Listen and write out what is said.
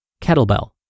kettlebell